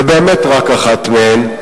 ובאמת רק אחת מהן,